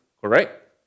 correct